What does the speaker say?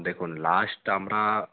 দেখুন লাস্ট আমরা